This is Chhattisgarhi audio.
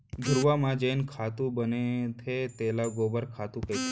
घुरूवा म जेन खातू बनथे तेला गोबर खातू कथें